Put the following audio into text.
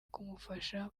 kumufasha